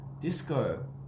disco